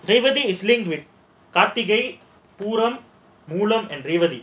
Revathi linked Karthigai Pooram Moolam ரேவதி:kaarthigai pooram moolam revathi